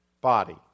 body